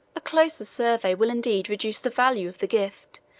a closer survey will indeed reduce the value of the gift,